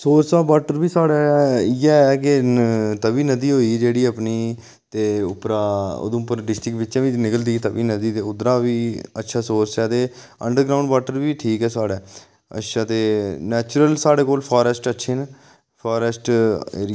source of water बी साढ़े इयै कि तवी नदी होई जेह्ड़ी अपनी ते उप्परा उधमपुर डिस्ट्रिक बिच्चा बी निकलदी तवी नदी ते उद्धरा बी अच्छा सोर्स ऐ ते अंडर ग्राऊंड वाटर बी ठीक ऐ साढ़े ते अच्छा ते नैचुरल साढ़े कोल फारेस्ट अच्छे न फारेस्ट